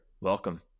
welcome